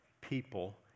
people